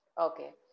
Okay